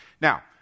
Now